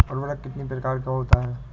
उर्वरक कितनी प्रकार के होता हैं?